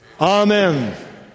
Amen